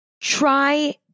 try